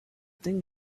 thing